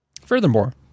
Furthermore